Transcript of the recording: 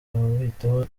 ubitaho